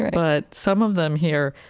but some of them hear,